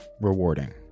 rewarding